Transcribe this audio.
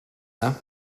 yna